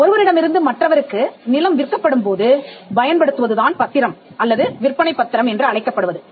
ஒருவரிடமிருந்து மற்றவருக்கு நிலம் விற்கப்படும் போது பயன்படுத்துவதுதான் பத்திரம் அல்லது விற்பனைப் பத்திரம் என்று அழைக்கப்படுவது